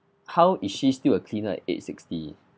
how is she still a cleaner at age sixty